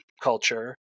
culture